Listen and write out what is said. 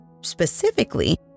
Specifically